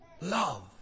Love